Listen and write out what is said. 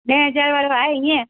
ॾहें हज़ारे वारो आहे ईअं